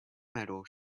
metal